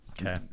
Okay